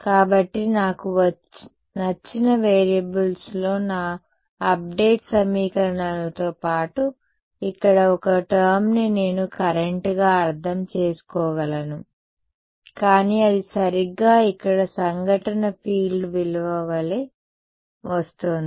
కాబట్టి నాకు నచ్చిన వేరియబుల్స్లో నా అప్డేట్ సమీకరణాల తో పాటు ఇక్కడ ఒక టర్మ్ని నేను కరెంట్గా అర్థం చేసుకోగలను కానీ అది సరిగ్గా ఇక్కడ సంఘటన ఫీల్డ్ విలువ వలె వస్తోంది